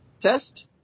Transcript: test